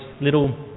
little